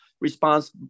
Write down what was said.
response